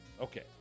Okay